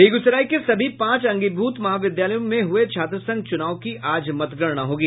बेगूसराय के सभी पाँच अंगीभूत महाविद्यालयों में हये छात्र संघ चूनाव की आज मतगणना होगी